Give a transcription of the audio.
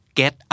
get